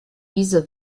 diese